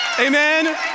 Amen